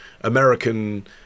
American